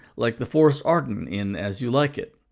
like the forest arden in as you like it.